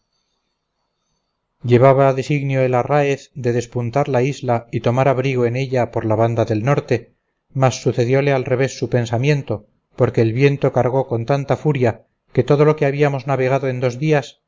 llevaba designio el arraéz de despuntar la isla y tomar abrigo en ella por la banda del norte mas sucedióle al revés su pensamiento porque el viento cargó con tanta furia que todo lo que habíamos navegado en dos días